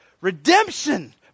redemption